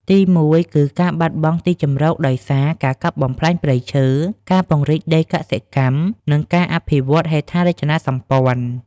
ទីមួយគឺ ការបាត់បង់ទីជម្រកដោយសារ ការកាប់បំផ្លាញព្រៃឈើ ការពង្រីកដីកសិកម្ម និងការអភិវឌ្ឍហេដ្ឋារចនាសម្ព័ន្ធ។